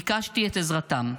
ביקשתי את עזרתם.